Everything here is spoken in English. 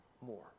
more